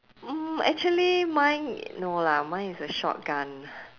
mm actually mine no lah mine is a shotgun